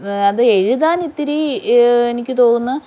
അത് എഴുതാൻ ഇത്തിരി എനിക്ക് തോന്നുന്നു